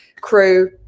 crew